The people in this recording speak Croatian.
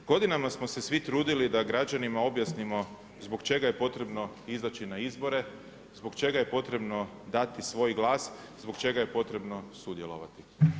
Godinama smo se svi trudili da građanima objasnimo zbog čega je potrebno izaći na izbore, zbog čega je potrebno dati svoj glas, zbog čega je potrebno sudjelovati.